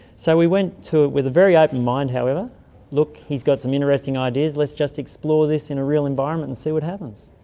so we went to it with a very open ah mind however look, he's got some interesting ideas, let's just explore this in a real environment and see what happens.